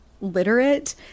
literate